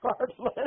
regardless